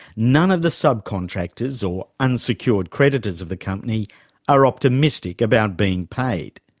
none of the subcontractors or unsecured creditors of the company are optimistic about being paid.